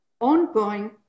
ongoing